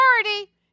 authority